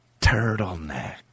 turtleneck